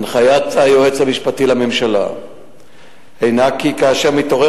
הנחיית היועץ המשפטי לממשלה הינה כי כאשר מתעורר